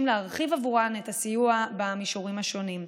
להרחיב עבורן את הסיוע במישורים השונים.